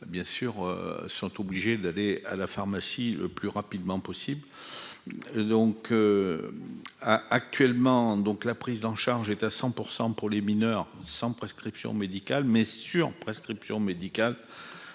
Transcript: bien sûr sont obligés d'aller à la pharmacie, le plus rapidement possible donc a actuellement donc la prise en charge est à 100 % pour les mineurs sans prescription médicale mais sur prescription médicale